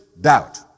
doubt